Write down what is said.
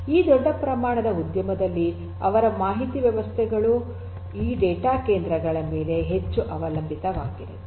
ಈ ದೊಡ್ಡ ಪ್ರಮಾಣದ ಉದ್ಯಮಗಳಲ್ಲಿ ಅವರ ಮಾಹಿತಿ ವ್ಯವಸ್ಥೆಗಳು ಈ ಡೇಟಾ ಕೇಂದ್ರಗಳ ಮೇಲೆ ಹೆಚ್ಚು ಅವಲಂಬಿತವಾಗಿವೆ